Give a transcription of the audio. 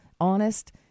honest